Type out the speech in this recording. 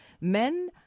men